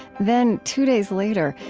then, two days later,